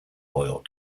oil